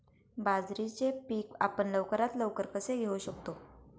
बाजरीचे पीक आपण लवकरात लवकर कसे घेऊ शकतो?